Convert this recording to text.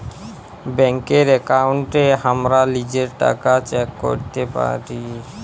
ব্যাংকের একাউন্টে হামরা লিজের টাকা চেক ক্যরতে পারি